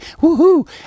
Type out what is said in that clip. Woohoo